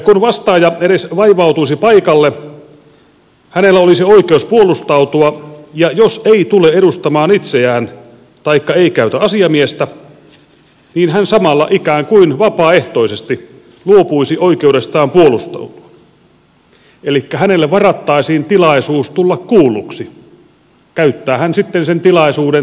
kun vastaaja edes vaivautuisi paikalle hänellä olisi oikeus puolustautua ja jos hän ei tule edustamaan itseään taikka ei käytä asiamiestä niin hän samalla ikään kuin vapaaehtoisesti luopuisi oikeudestaan puolustautua elikkä hänelle varattaisiin tilaisuus tulla kuulluksi käyttää hän sitten sen tilaisuuden tai ei